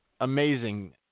amazing